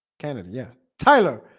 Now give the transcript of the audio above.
kennedy yeah, tyler.